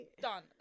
done